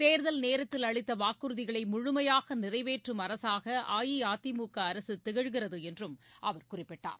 தேர்தல் நேரத்தில் அளித்த வாக்குறுதிகளை முழுமையாக நிறைவேற்றும் அரசாக அஇஅதிமுக அரசு திகழ்கிறது என்றும் அவர் குறிப்பிட்டார்